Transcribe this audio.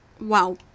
Wow